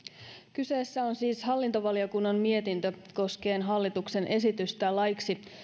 kyseessä on siis hallintovaliokunnan mietintö koskien hallituksen esitystä laiksi